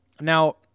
Now